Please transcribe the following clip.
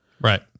Right